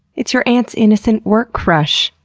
it's your aunt's innocent work crush,